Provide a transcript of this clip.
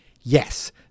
yes